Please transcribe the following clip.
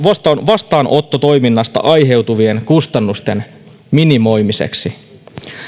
vastaanottotoiminnasta aiheutuvien kustannusten minimoimiseksi